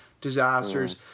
disasters